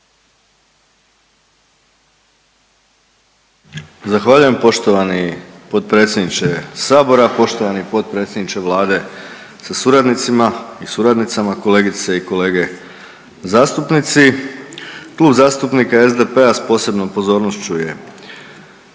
Zahvaljujem poštovani potpredsjedniče Sabora. Poštovani potpredsjedniče Vlade sa suradnicima i suradnicama, kolegice i kolege zastupnici. Klub zastupnika SDP-a s posebnom pozornošću je